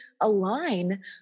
align